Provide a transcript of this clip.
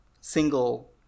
single